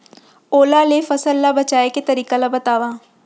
ओला ले फसल ला बचाए के तरीका ला बतावव?